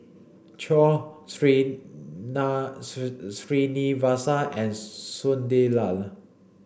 Choor Srinivasa and Sunderlal